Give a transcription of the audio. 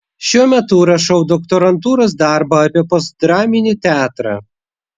šiuo metu rašau doktorantūros darbą apie postdraminį teatrą